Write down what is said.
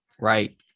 right